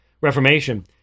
Reformation